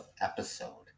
episode